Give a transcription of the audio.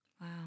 Wow